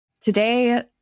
Today